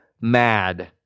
mad